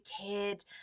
kid